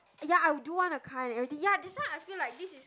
ya I do want to car and everything ya that's why I feel like this is